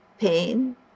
pain